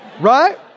right